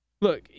Look